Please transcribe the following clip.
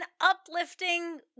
uplifting